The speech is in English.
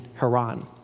Haran